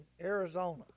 Arizona